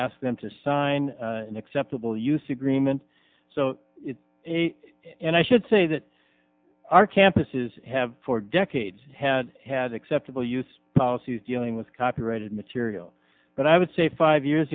ask them to sign an acceptable use agreement so it's a and i should say that our campuses have for decades had had acceptable use policy as dealing with copyrighted material but i would say five years